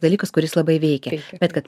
dalykas kuris labai veikia bet kad